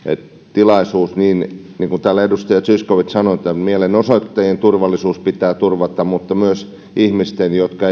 tilaisuus niin niin kuin täällä edustaja zyskowicz sanoi mielenosoittajien turvallisuus pitää turvata mutta myös ihmisten jotka